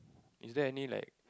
is there any like